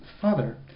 father